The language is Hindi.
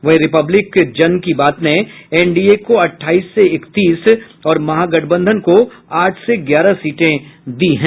वहीं रिपब्लिक जन की बात ने एनडीए को अठाईस से इकतीस और महागठबंधन को आठ से ग्यारह सीटें दी हैं